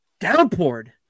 downpoured